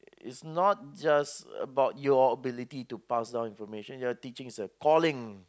is not just about your ability to pass down information your teaching is a calling